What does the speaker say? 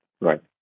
right